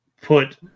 put